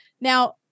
Now